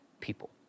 people